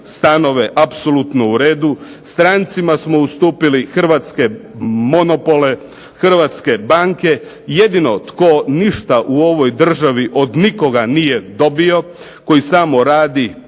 hrvatske banke. Jedino tko ništa u ovoj državi od nikoga nije dobio, koji samo radi,